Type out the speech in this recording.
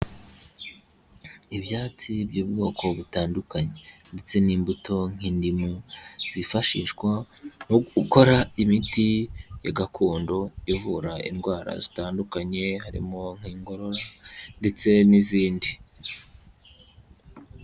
Ibyatsi by'ubwoko butandukanye ndetse n'imbuto nk'indimu zifashishwa mu gukora imiti ya gakondo ivura indwara zitandukanye, harimo nk'ingororora ndetse n'izindi.